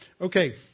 Okay